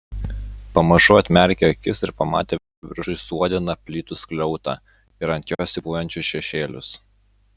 pamažu atmerkė akis ir pamatė viršuj suodiną plytų skliautą ir ant jo siūbuojančius šešėlius